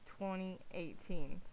2018